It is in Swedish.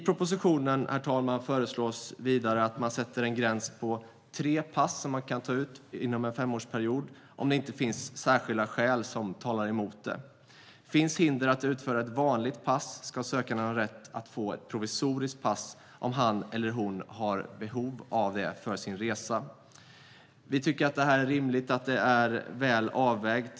I propositionen föreslås vidare att man sätter en gräns på tre pass som man kan ta ut inom en femårsperiod om det inte finns särskilda skäl som talar emot det. Finns det hinder att utfärda ett vanligt pass ska den som ansöker ha rätt att få ett provisoriskt pass om han eller hon har behov av det för sin resa. Vi tycker att detta är rimligt och väl avvägt.